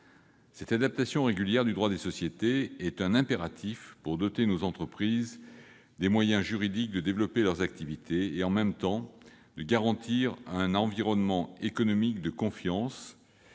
Cette adaptation régulière du droit des sociétés est un impératif pour doter nos entreprises des moyens juridiques de développer leurs activités et, en même temps, de garantir un environnement économique de confiance,